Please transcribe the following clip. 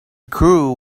crew